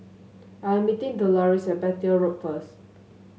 I am meeting Deloris at Petir Road first